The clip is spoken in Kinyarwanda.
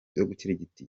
gukirigita